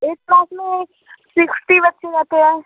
एक क्लास में सिक्स्टी बच्चे रहते हैं